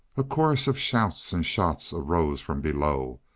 a chorus of shouts and shots arose from below.